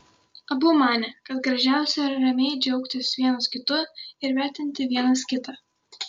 abu manė kad gražiausia ramiai džiaugtis vienas kitu ir vertinti vienas kitą